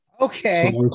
okay